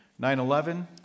9/11